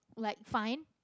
like fine